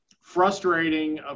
frustrating